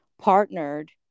partnered